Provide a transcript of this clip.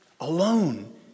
alone